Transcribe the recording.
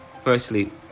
Firstly